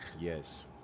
Yes